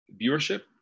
viewership